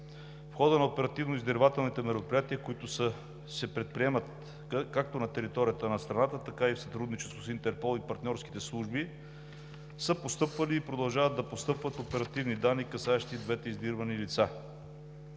В хода на оперативно-издирвателните мероприятия, които се предприемат както на територията на страната, така и в сътрудничество с Интерпол и партньорските служби, са постъпвали и продължават да постъпват оперативни данни, касаещи двете издирвани лица.